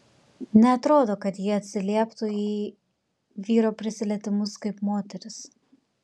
neatrodo kad ji atsilieptų į vyro prisilietimus kaip moteris